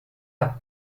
las